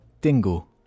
Dingle